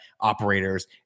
operators